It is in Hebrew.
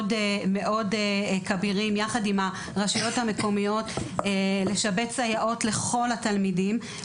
כבירים יחד עם הרשויות המקומיות לשבץ סייעות לכל התלמידים.